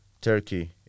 Turkey